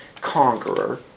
conqueror